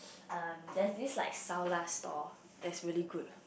um there's this like xiao-la stall that's really good